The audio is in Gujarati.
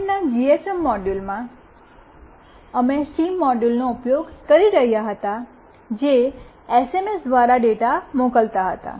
પાછલા જીએસએમ મોડ્યુલમાં અમે સિમ મોડ્યુલનો ઉપયોગ કરી રહ્યાં હતાં જે એસએમએસ દ્વારા ડેટા મોકલતા હતા